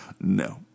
No